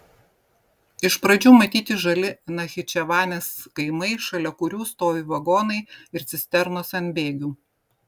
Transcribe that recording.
iš pradžių matyti žali nachičevanės kaimai šalia kurių stovi vagonai ir cisternos ant bėgių